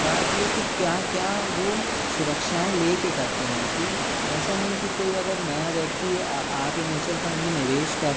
बात ये है कि क्या क्या वो सुरक्षाऍं लेके करते हैं कि ऐसा नहीं कि कोई अगर नया व्यक्ति आके म्यूचुअल फंड में निवेश कर